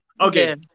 Okay